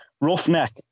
Roughneck